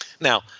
Now